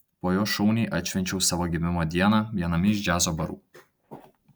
po jo šauniai atšvenčiau savo gimimo dieną viename iš džiazo barų